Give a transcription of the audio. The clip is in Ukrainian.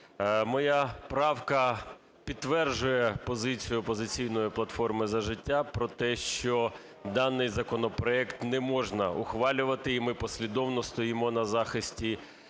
Моя правка підтверджує позицію "Опозиційної платформи - За життя" про те, що даний законопроект не можна ухвалювати. І ми послідовно стоїмо на захисті